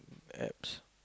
apps